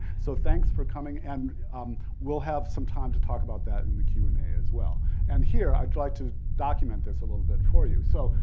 so, thanks for coming and um we'll have some time to talk about that in the q and a as well and here, i'd like to document this a little bit for you. so,